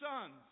sons